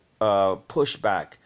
pushback